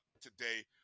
today